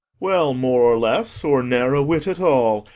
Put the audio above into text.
well, more or less, or ne'er a whit at all,